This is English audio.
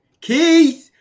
Keith